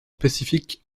spécifiques